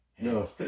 No